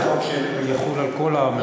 זה חוק שיחול על כל הממשלות.